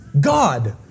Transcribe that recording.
God